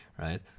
right